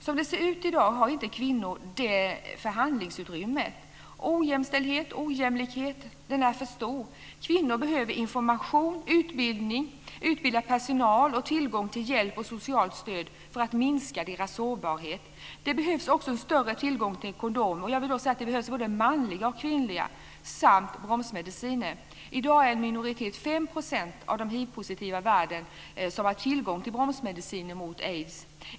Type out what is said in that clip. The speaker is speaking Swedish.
Som det ser ut i dag har inte kvinnor det förhandlingsutrymmet. Ojämställdhet och ojämlikhet är för stora. Kvinnor behöver information, utbildning, utbildad personal och tillgång till hjälp och socialt stöd för att minska deras sårbarhet. Det behövs också större tillgång till kondomer, både kvinnliga och manliga, samt bromsmediciner. I dag är det en minoritet, 5 %, av de hivpositiva i världen som har tillgång till bromsmediciner mot aids.